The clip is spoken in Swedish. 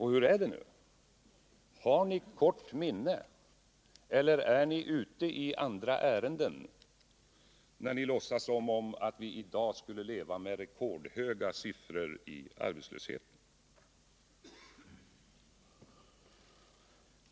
Hur är det: Har ni kort minne eller är ni ute i andra ärenden när ni låtsas som om vi i dag skulle ha rekordhöga siffror när det gäller arbetslösheten?